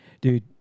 dude